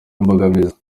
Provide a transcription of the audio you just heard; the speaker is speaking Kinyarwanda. imbogamizi